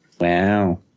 Wow